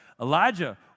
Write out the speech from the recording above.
Elijah